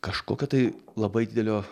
kažkokio tai labai didelio